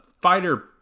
fighter